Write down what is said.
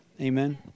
Amen